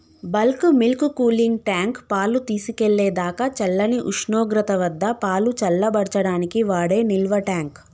bulk milk cooling tank, పాలు తీసుకెళ్ళేదాకా చల్లని ఉష్ణోగ్రత వద్దపాలు చల్లబర్చడానికి వాడే నిల్వట్యాంక్